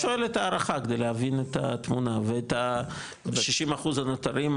אני שואל הערכה כדי להבין את התמונה ואת ה-60 אחוז הנותנים,